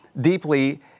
deeply